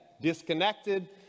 disconnected